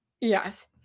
Yes